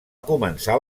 començar